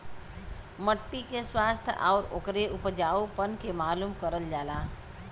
मट्टी के स्वास्थ्य आउर ओकरे उपजाऊपन के मालूम करल जाला